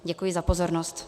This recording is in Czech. Děkuji za pozornost.